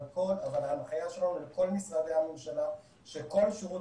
אבל ההנחיה שלנו לכל משרדי הממשלה היא שכל שירות